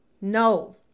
No